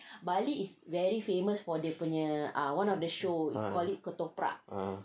ah ah